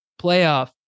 playoff